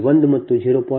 1 ಮತ್ತು 0